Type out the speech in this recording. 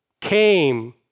came